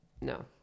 no